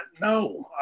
no